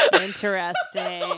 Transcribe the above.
Interesting